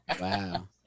Wow